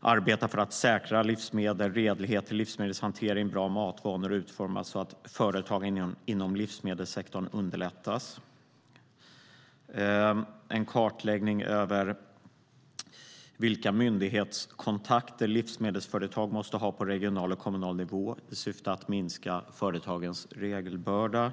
arbeta för att säkra livsmedel, redlighet i livsmedelshanteringen och att bra matvanor utformas så att företagande inom livsmedelssektorn underlättas. En kartläggning bör genomföras över vilka myndighetskontakter livsmedelsföretag måste ha på regional och kommunal nivå i syfte att minska företagens regelbörda.